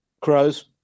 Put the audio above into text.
Crows